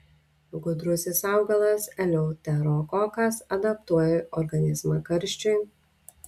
gudrusis augalas eleuterokokas adaptuoja organizmą karščiui